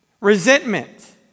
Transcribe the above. Resentment